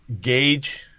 gauge